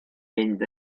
fynd